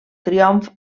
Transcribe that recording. triomf